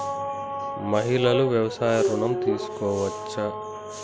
మహిళలు వ్యవసాయ ఋణం తీసుకోవచ్చా?